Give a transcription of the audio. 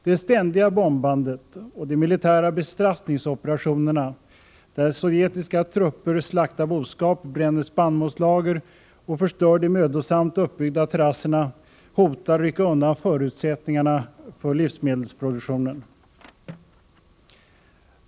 Det ständiga bombandet och de militära bestraffningsoperationerna, där sovjetiska trupper slaktar boskap, bränner spannmålslager och förstör de mödosamt uppbyggda terrasserna hotar att rycka undan förutsättningarna för livsmedelsproduktionen.